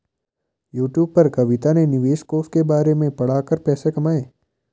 YouTube पर कविता ने निवेश कोष के बारे में पढ़ा कर पैसे कमाए